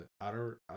Outer